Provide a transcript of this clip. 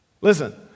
Listen